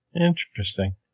interesting